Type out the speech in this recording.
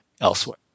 elsewhere